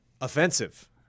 Offensive